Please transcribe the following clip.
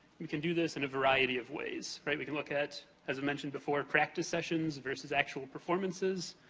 we can do this in a variety of ways, right? we can look at, as i mentioned before, practice sessions versus actual performances.